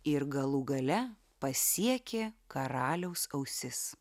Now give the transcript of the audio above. ir galų gale pasiekė karaliaus ausis